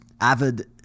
avid